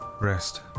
rest